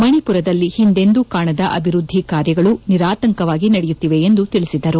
ಮಣಿಪುರದಲ್ಲಿ ಹಿಂದೆಂದೂ ಕಾಣದ ಅಭಿವೃದ್ದಿ ಕಾರ್ಯಗಳು ನಿರಾತಂಕವಾಗಿ ನಡೆಯುತ್ತಿವೆ ಎಂದು ತಿಳಿಸಿದರು